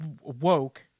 Woke